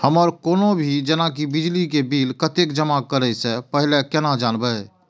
हमर कोनो भी जेना की बिजली के बिल कतैक जमा करे से पहीले केना जानबै?